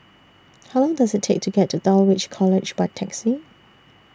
How Long Does IT Take to get to Dulwich College By Taxi